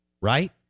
right